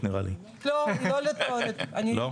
זו שאלה רטורית נראה לי.